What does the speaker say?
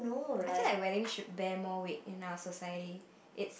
I think I willing should bear more with in our society it